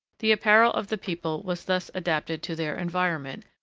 the apparel of the people was thus adapted to their environment,